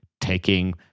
taking